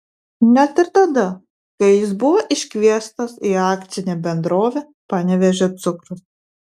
net ir tada kai jis buvo iškviestas į akcinę bendrovę panevėžio cukrus